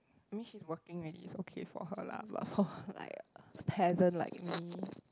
I mean she's working already so okay for her lah but for like peasant like me